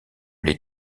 les